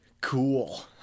Cool